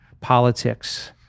politics